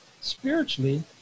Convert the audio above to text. spiritually